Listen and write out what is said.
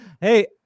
Hey